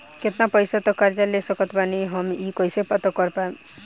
केतना पैसा तक कर्जा ले सकत बानी हम ई कइसे पता कर पाएम?